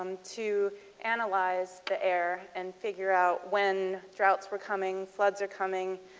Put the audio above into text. to analyze the air and figure out when droughts were coming. floods were coming.